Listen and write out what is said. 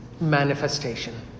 manifestation